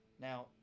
Now